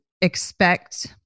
expect